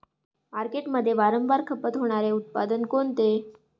मार्केटमध्ये वारंवार खपत होणारे उत्पादन कोणते?